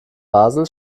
basel